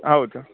ಹೌದು